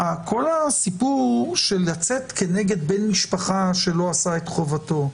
כל הסיפור של לצאת כנגד בן משפחה שלא עשה את חובתו,